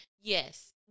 yes